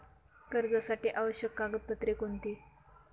कर्जासाठी आवश्यक कागदपत्रे कोणती?